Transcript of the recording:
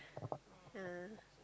yeah